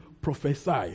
prophesy